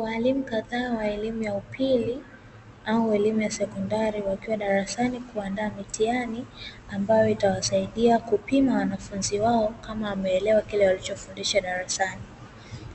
Walimu kadhaa wa elimu ya upiili au walimu wa sekondari wakiwa darasani kuandaa mitihani, ambayo itawasaidia kupima wanafunzi wao kama wameelewa kile walichofundisha darasani,